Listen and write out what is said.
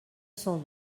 cent